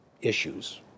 issues